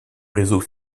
réseau